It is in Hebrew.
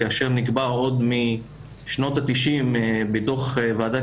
כאשר נקבע עוד משנות ה-90 בדוח ועדת